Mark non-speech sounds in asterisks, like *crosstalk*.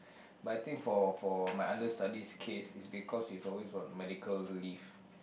*breath* but I think for for my understudy's case it's because he's always on medical leave